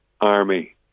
army